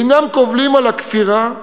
אינם קובלים על הכפירה,